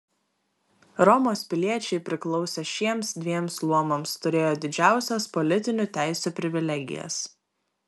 romos piliečiai priklausę šiems dviem luomams turėjo didžiausias politiniu teisių privilegijas